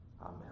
Amen